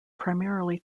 primarily